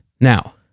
Now